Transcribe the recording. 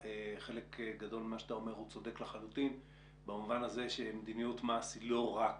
חלק גדול ממה שאתה אומר צודק לחלוטין במובן הזה שמדיניות מס היא לא רק